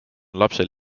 lapsel